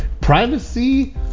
Privacy